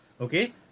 okay